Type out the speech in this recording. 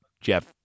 Jeff